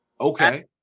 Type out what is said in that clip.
Okay